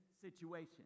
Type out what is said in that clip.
situation